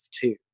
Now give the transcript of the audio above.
two